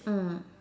mm